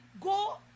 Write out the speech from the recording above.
go